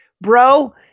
bro